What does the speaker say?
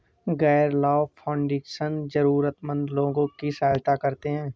गैर लाभ फाउंडेशन जरूरतमन्द लोगों की सहायता करते हैं